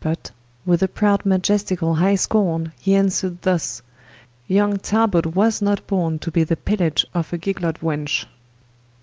but with a proud maiesticall high scorne he answer'd thus yong talbot was not borne to be the pillage of a giglot wench